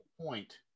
point